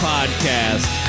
Podcast